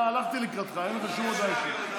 דווקא הלכתי לקראתך, אין פה שום הודעה אישית.